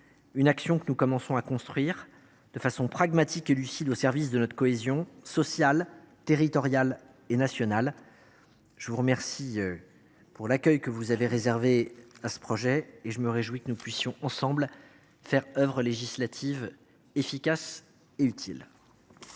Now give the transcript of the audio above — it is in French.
Cette action, nous commençons déjà à la construire, de façon pragmatique et lucide, au service de notre cohésion sociale, territoriale et nationale. Je vous remercie de l’accueil que vous avez réservé à ce projet de loi et me réjouis que nous puissions, ensemble, faire œuvre législative efficace et utile.